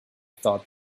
thought